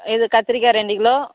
இது கத்திரிக்காய் ரெண்டு கிலோ